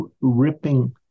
ripping